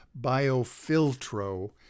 Biofiltro